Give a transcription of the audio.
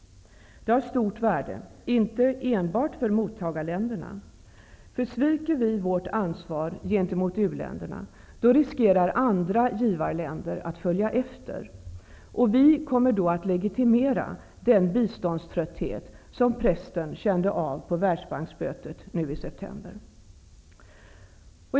Det har stort värde inte endast för mottagarländerna. Sviker vi vårt ansvar gentemot u-länderna riskerar vi att andra givarländer följer efter. Vi kommer då att legitimera den biståndströtthet som Preston kände av på Världsbanksmötet i september.